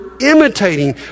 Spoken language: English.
imitating